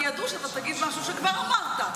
כי הם ידעו שאתה תגיד משהו שכבר אמרת,